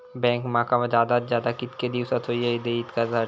Bank माका जादात जादा किती दिवसाचो येळ देयीत कर्जासाठी?